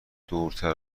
دورتر